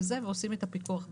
ועושים את הפיקוח ביחד.